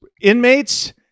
Inmates